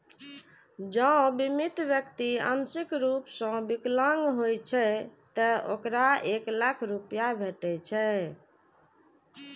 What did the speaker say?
जौं बीमित व्यक्ति आंशिक रूप सं विकलांग होइ छै, ते ओकरा एक लाख रुपैया भेटै छै